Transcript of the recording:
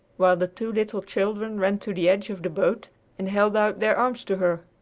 while the two little children ran to the edge of the boat and held out their arms to her.